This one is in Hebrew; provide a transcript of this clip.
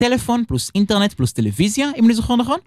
טלפון פלוס אינטרנט פלוס טלוויזיה, אם אני זוכר נכון?